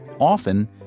often